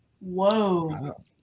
Whoa